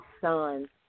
son